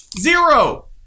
Zero